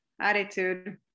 attitude